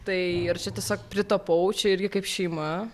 tai ir čia tiesiog pritapau čia irgi kaip šeima